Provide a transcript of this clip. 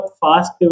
fast